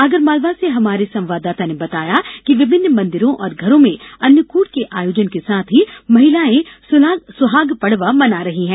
आगरमालवा से हमारे संवाददाता ने बताया कि विमिन्न मंदिरों और घरों में अन्नकूट के आयोजन के साथ ही महिलाएं सुहाग पंडवा पर्व मना रही हैं